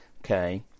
okay